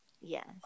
Yes